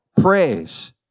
praise